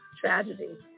tragedy